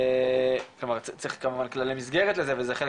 כלומר צריך כמובן כללי מסגרת וזה חלק